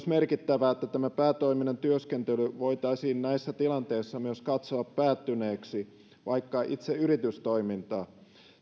merkittävää myös että tämä päätoiminen työskentely voitaisiin näissä tilanteissa katsoa päättyneeksi vaikka itse yritystoimintaa ei